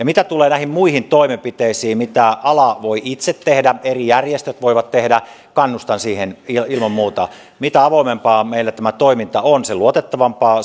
mitä tulee näihin muihin toimenpiteisiin mitä ala voi itse tehdä eri järjestöt voivat tehdä kannustan siihen ilman muuta mitä avoimempaa meillä tämä toiminta on sen luotettavampaa